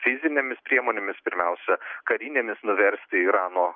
fizinėmis priemonėmis pirmiausia karinėmis nuversti irano